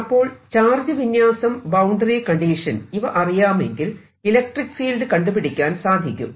അപ്പോൾ ചാർജ് വിന്യാസം boundary condition ഇവ അറിയാമെങ്കിൽ ഇലക്ട്രിക്ക് ഫീൽഡ് കണ്ടു പിടിക്കാൻ സാധിക്കും